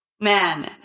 man